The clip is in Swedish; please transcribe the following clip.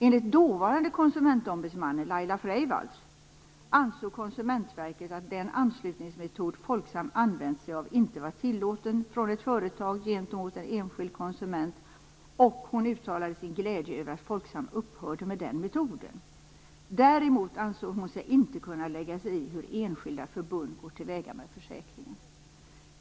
Enligt dåvarande Konsumentombudsmannen, Laila Freivalds, ansåg Konsumentverket att den anslutningsmetod Folksam använt sig av inte var tillåten från ett företag gentemot en enskild konsument, och hon uttalade sin glädje över att Folksam upphörde med den metoden. Däremot ansåg hon sig inte kunna lägga sig i hur enskilda förbund går till väga med försäkringen.